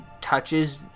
touches